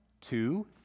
two